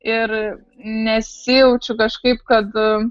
ir nesijaučiu kažkaip kad